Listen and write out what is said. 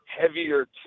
heavier